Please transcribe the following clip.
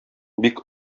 бик